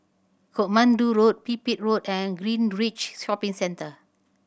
Katmandu Road Pipit Road and Greenridge Shopping Centre